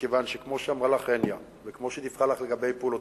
מכיוון שכמו שאמרה לך הניה וכמו שדיווחה לך על פעולותינו,